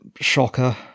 shocker